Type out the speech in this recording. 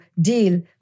deal